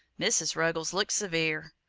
mrs. ruggles looked severe.